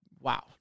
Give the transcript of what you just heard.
Wow